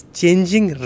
changing